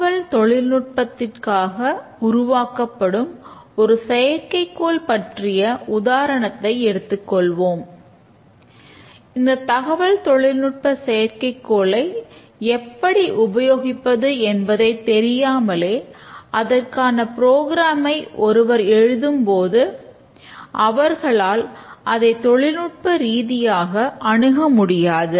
தகவல் தொழில்நுட்பத்திற்காக உருவாக்கப்படும் ஒரு செயற்கைக் கோள் பற்றிய உதாரணத்தை எடுத்துக் கொள்வோம் இந்த தகவல் தொழில்நுட்ப செயற்கைக்கோளை எப்படி உபயோகிப்பது என்பதை தெரியாமலே அதற்கான புரோகிராம் ஐ ஒருவர் எழுதும் போது அவர்களால் அதை தொழில்நுட்ப ரீதியாக அணுக முடியாது